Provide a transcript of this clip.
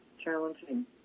challenging